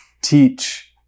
teach